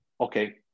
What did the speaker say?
okay